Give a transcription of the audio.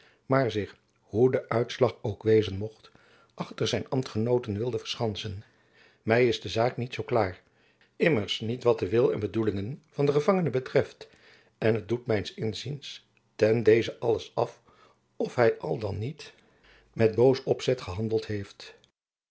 maar zich hoe de uitslag ook wezen mocht achter zijn ambtgenooten wilde verschansen my is de zaak niet zoo klaar immers niet wat den wil en de bedoelingen van den gevangene betreft en het doet mijns inziens ten dezen alles af of hy al dan niet met hoos opzet gehandeld heeft